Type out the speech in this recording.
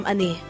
Ani